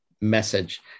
message